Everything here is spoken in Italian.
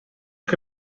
che